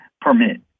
permit